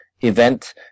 event